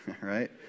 right